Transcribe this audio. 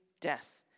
death